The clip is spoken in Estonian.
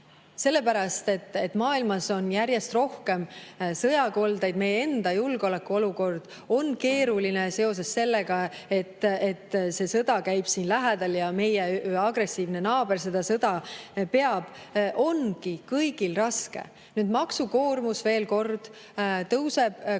Sellepärast, et maailmas on järjest rohkem sõjakoldeid, meie enda julgeolekuolukord on keeruline seoses sellega, et sõda käib siin lähedal ja meie agressiivne naaber seda sõda peab, ongi kõigil raske. Nüüd veel kord, maksukoormus tõuseb 2024.